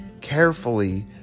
carefully